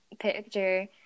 picture